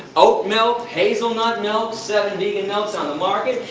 oat milk, hazelnuts milk. seven vegan milks on the market.